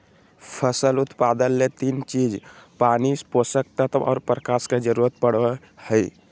फसल उत्पादन ले तीन चीज पानी, पोषक तत्व आर प्रकाश के जरूरत पड़ई हई